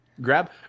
grab